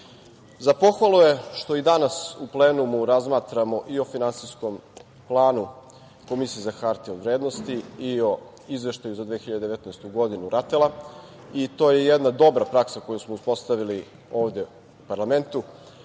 za pohvalu je što i danas u plenumu razmatramo i o finansijskom planu Komisije za hartije od vrednosti i o Izveštaju za 2019. godinu RATEL-a. To je jedan dobra praksa koju smo uspostavili ovde u parlamentu.O